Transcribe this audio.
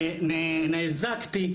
נאזקתי.